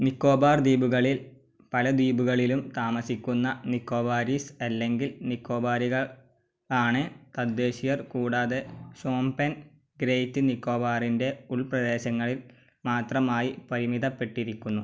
നിക്കോബാർ ദ്വീപുകളിൽ പല ദ്വീപുകളിലും താമസിക്കുന്ന നിക്കോബാരിസ് അല്ലെങ്കിൽ നിക്കോബാരിക ആണ് തദ്ദേശീയര് കൂടാതെ ഷോംപെൻ ഗ്രേറ്റ് നിക്കോബാറിന്റെ ഉൾപ്രദേശങ്ങളിൽ മാത്രമായി പരിമിതപ്പെട്ടിരിക്കുന്നു